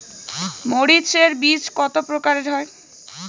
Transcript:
মরিচ এর বীজ কতো প্রকারের হয়?